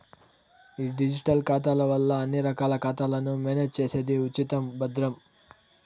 ఈ డిజిటల్ ఖాతాల వల్ల అన్ని రకాల ఖాతాలను మేనేజ్ చేసేది ఉచితం, భద్రం